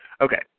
Okay